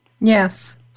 Yes